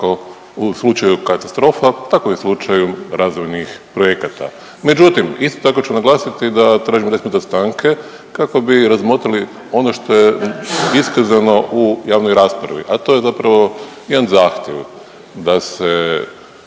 kako u slučaju katastrofa tako i u slučaju razvojnih projekata. Međutim, isto tako ću naglasiti da tražim 10 minuta stanke kako bi razmotrili ono što je iskazano u javnoj raspravi, a to je zapravo jedan zahtjev da se